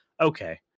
okay